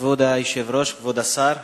כבוד היושב-ראש, כבוד השר,